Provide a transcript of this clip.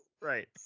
Right